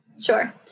Sure